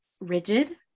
rigid